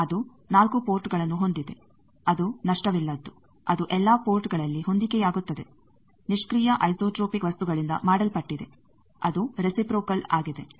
ಅದು 4 ಪೋರ್ಟ್ಗಳನ್ನು ಹೊಂದಿದೆ ಅದು ನಷ್ಟವಿಲ್ಲದ್ದು ಅದು ಎಲ್ಲಾ ಪೋರ್ಟ್ಗಳಲ್ಲಿ ಹೊಂದಿಕೆಯಾಗುತ್ತದೆ ನಿಷ್ಕ್ರಿಯ ಐಸೋಟ್ರೋಪಿಕ್ ವಸ್ತುಗಳಿಂದ ಮಾಡಲ್ಪಟ್ಟಿದೆ ಅದು ರೆಸಿಪ್ರೋಕಲ್ ಆಗಿದೆ